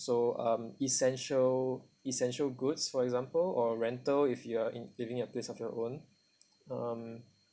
so um essential essential goods for example or rental if you are in living your place of your own um